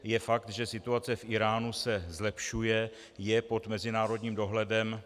Je fakt, že situace v Íránu se zlepšuje, je pod mezinárodním dohledem.